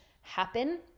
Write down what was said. happen